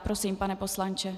Prosím, pane poslanče.